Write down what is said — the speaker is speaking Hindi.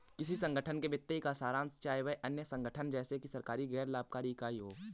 किसी संगठन के वित्तीय का सारांश है चाहे वह अन्य संगठन जैसे कि सरकारी गैर लाभकारी इकाई हो